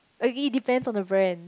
ugly depend on the Vern